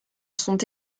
sont